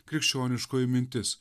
krikščioniškoji mintis